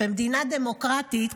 במדינה דמוקרטית,